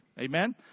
Amen